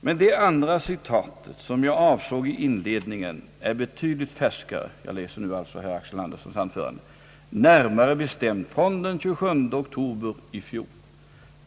»Men det andra citatet som jag avsåg i inledningen är betydligt färskare, närmare bestämt från den 27 oktober i fjol.